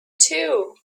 too